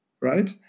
right